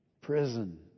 Prison